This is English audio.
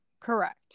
Correct